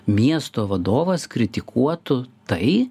miesto vadovas kritikuotų tai